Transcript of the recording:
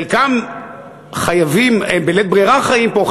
חלקם בלית ברירה חיים פה,